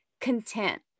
content